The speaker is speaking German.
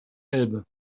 elbe